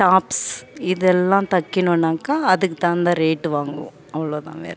tops இதெல்லாம் தைக்கணுன்னாக்கா அதுக்கு தகுந்த ரேட்டு வாங்குவோம் அவ்வளோதான் வேறு